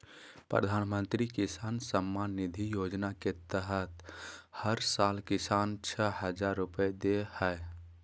प्रधानमंत्री किसान सम्मान निधि योजना के तहत हर साल किसान, छह हजार रुपैया दे हइ